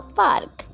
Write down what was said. park